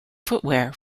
footwear